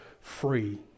free